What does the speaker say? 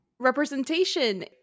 representation